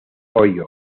ohio